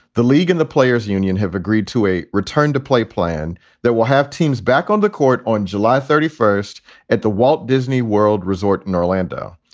the league and the players union have agreed to a return to play plan that will have teams back on the court on july thirty, first at the walt disney world resort in orlando.